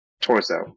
torso